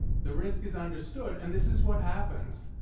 the risk is understood, and this is what happens.